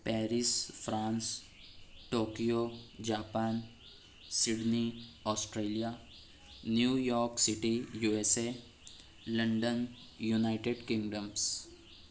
Paris France Tokyo Japan Sydney Australia New York City USA London united kingdoms